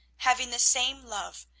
having the same love,